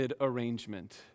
arrangement